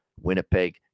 Winnipeg